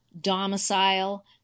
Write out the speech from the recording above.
domicile